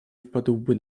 wpadłby